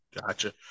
Gotcha